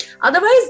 otherwise